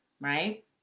right